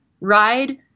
ride